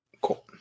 Cool